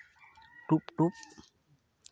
ᱴᱩᱠ ᱴᱩᱠ